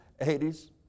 80s